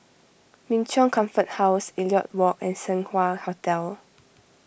Min Chong Comfort House Elliot Walk and Seng Wah Hotel